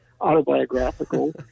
autobiographical